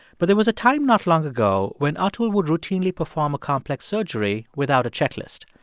but there was a time not long ago when atul would routinely perform a complex surgery without a checklist.